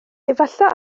efallai